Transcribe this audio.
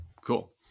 cool